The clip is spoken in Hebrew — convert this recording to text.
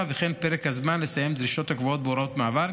וכן פרק הזמן לסיים דרישות הקבועות בהוראות המעבר,